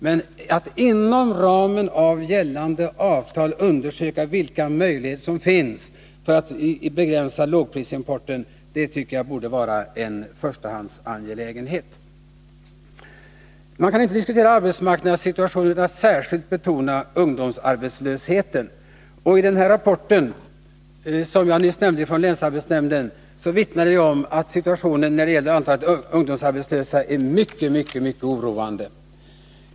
Men att inom ramen för gällande avtal undersöka vilka möjligheter som finns att begränsa lågprisimporten tycker jag borde vara en förstahandsangelägenhet. Man kan inte diskutera arbetsmarknadssituationen utan att särskilt betona ungdomsarbetslösheten. Den rapport från länsarbetsnämnden som jag nyss nämnde vittnar om att situationen beträffande antalet arbetslösa ungdomar är mycket oroande.